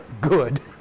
good